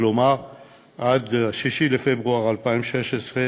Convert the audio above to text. כלומר עד ליום 6 בפברואר 2016,